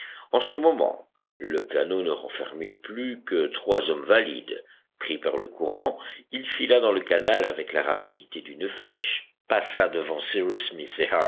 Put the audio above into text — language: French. en ce moment le canot ne renfermait plus que trois hommes valides pris par le courant il fila dans le canal avec la rapidité d'une flèche passa devant cyrus